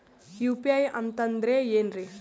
UPI ಅಂತಂದ್ರೆ ಏನ್ರೀ?